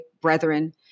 brethren